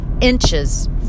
inches